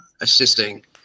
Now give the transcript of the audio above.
assisting